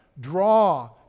draw